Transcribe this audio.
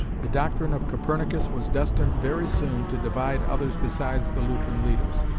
the doctrine of copernicus was destined very soon to divide others besides the lutheran leaders.